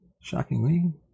Shockingly